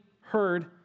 heard